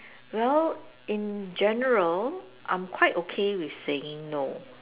well in general I'm quite okay with saying no